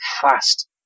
fast